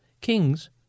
KINGS